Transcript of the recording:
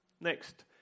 Next